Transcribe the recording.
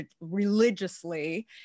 religiously